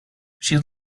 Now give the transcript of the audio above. she